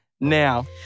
now